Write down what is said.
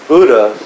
Buddha